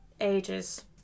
ages